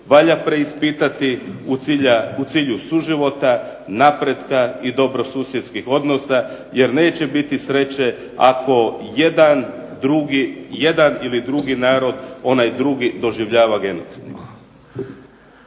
valja preispitati u cilju suživota, napretka i dobrosusjedskih odnosa jer neće biti sreće ako jedan ili drugi narod onaj drugi doživljava genocidnim.